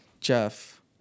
Jeff